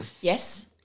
Yes